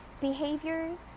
behaviors